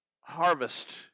harvest